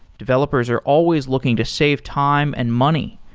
developers are always looking to save time and money,